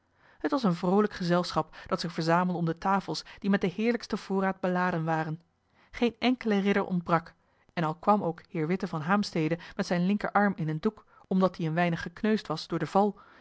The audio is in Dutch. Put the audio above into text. t was een vroolijk gezelschap dat zich verzamelde om de tafels die met den heerlijksten voorraad beladen waren geen enkele ridder ontbrak en al kwam ook heer witte van haemstede met zijn linkerarm in een doek omdat die een weinig gekneusd was door den val